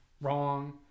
Wrong